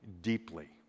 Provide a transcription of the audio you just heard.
deeply